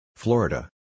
Florida